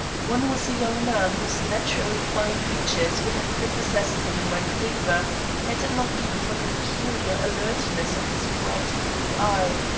one was a young man whose naturally fine features would have prepossessed him in my favor had it not been for the peculiar alertness of his bright blue eye,